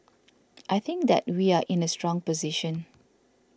I think that we are in a strong position